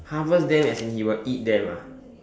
harvest them as in he will eat them ah